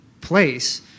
place